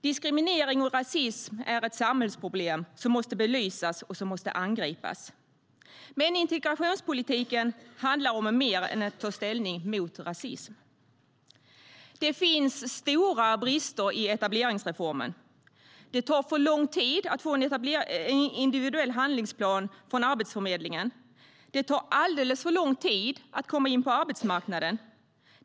Diskriminering och rasism är ett samhällsproblem som måste belysas och angripas. Integrationspolitiken handlar dock om mer än att ta ställning mot rasism. Det finns stora brister i etableringsreformen. Det tar för lång tid att få en individuell handlingsplan från Arbetsförmedlingen, och det tar alldeles för lång tid att komma in på arbetsmarknaden.